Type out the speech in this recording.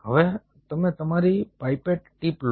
હવે તમે તમારી પાઇપેટ ટિપ લો